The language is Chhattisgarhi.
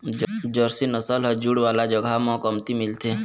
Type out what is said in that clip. जरसी नसल ह जूड़ वाला जघा म कमती मिलथे